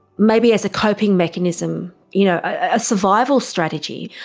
maybe as a coping mechanism, you know a survival strategy,